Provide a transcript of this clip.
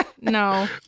no